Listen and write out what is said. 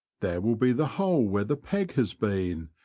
there will be the hole where the peg has been,